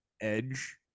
Edge